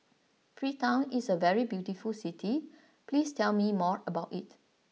Freetown is a very beautiful city please tell me more about it